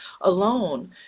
alone